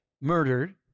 murdered